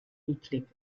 eklig